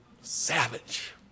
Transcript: Savage